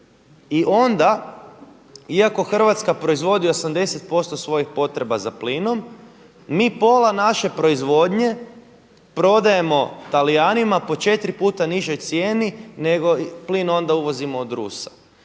I onda iako Hrvatska proizvodi 80% svojih potreba za plinom mi pola naše proizvodnje prodajemo Talijanima po četiri puta nižoj cijeni, nego plin uvozimo od Rusa.